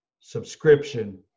subscription